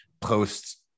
post